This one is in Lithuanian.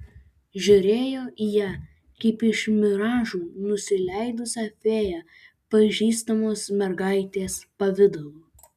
žiūrėjo į ją kaip iš miražų nusileidusią fėją pažįstamos mergaitės pavidalu